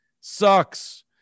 sucks